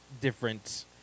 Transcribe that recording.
different